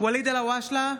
ואליד אלהואשלה,